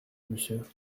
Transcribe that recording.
monsieur